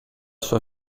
sua